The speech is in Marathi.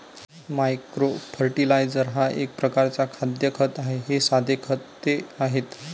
मायक्रो फर्टिलायझर हा एक प्रकारचा खाद्य खत आहे हे साधे खते आहेत